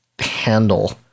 handle